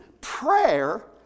prayer